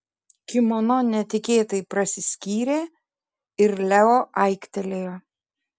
kimono netikėtai prasiskyrė ir leo aiktelėjo